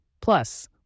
Plus